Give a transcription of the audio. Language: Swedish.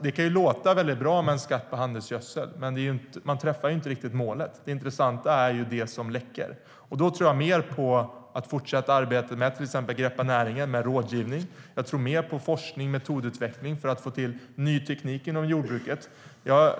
Det kan låta väldigt bra med en skatt på handelsgödsel, men man träffar inte riktigt målet. Det intressanta är det som läcker. Jag tror mer på att fortsätta arbetet med rådgivning, till exempel genom projektet Greppa näringen. Jag tror mer på forskning och metodutveckling för att få till ny teknik inom jordbruket.